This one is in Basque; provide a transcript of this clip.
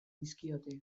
dizkiote